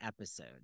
episode